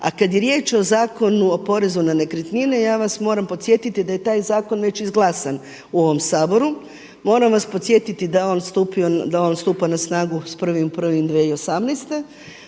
A kada je riječ o Zakonu o porezu na nekretnine, ja vas moram podsjetiti da je taj zakon već izglasan u ovom Saboru. Moram vas podsjetiti da on stupa na snagu s 1.1.2018.